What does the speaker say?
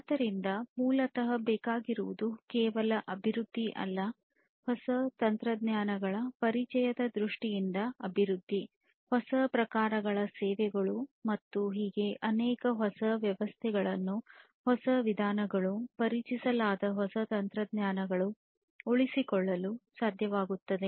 ಆದ್ದರಿಂದ ಮೂಲತಃ ಬೇಕಾಗಿರುವುದು ಕೇವಲ ಅಭಿವೃದ್ಧಿ ಅಲ್ಲ ಹೊಸ ತಂತ್ರಜ್ಞಾನಗಳ ಪರಿಚಯದ ದೃಷ್ಟಿಯಿಂದ ಅಭಿವೃದ್ಧಿ ಹೊಸ ಪ್ರಕಾರಗಳ ಸೇವೆಗಳು ಆದರೆ ಹೊಸ ವ್ಯವಸ್ಥೆಗಳನ್ನು ಹೊಸ ವಿಧಾನಗಳು ಪರಿಚಯಿಸಲಾದ ಹೊಸ ತಂತ್ರಗಳು ಉಳಿಸಿಕೊಳ್ಳಲು ಸಾಧ್ಯವಾಗುತ್ತದೆ